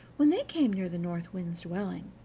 when they came near the north wind's dwelling,